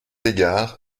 égard